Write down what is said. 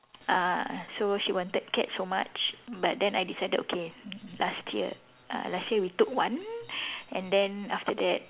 ah so she wanted cat so much but then I decided okay last year uh last year we took one and then after that